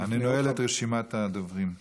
אני נועל את רשימת הדוברים.